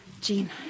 Jean